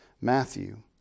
Matthew